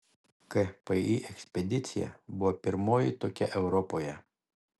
kpi ekspedicija buvo pirmoji tokia europoje